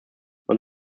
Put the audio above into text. when